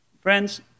Friends